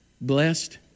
Blessed